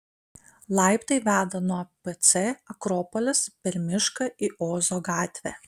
laiptai veda nuo pc akropolis per mišką į ozo gatvę